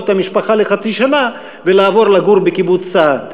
את המשפחה לחצי שנה ולעבור לגור בקיבוץ סעד.